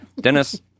Dennis